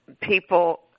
people